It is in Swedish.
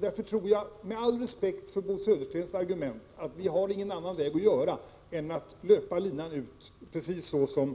Därför tror jag, med all respekt för Bo Söderstens argument, att vi inte har någonting annat att göra än att löpa linan ut, precis som